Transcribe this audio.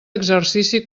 exercici